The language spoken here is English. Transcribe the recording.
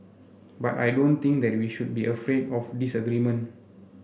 but I don't think that we should be afraid of disagreement